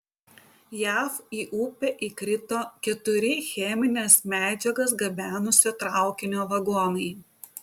jav į upę įkrito keturi chemines medžiagas gabenusio traukinio vagonai